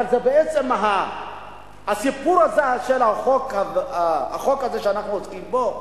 אבל בעצם הסיפור הזה של החוק הזה שאנחנו עוסקים בו,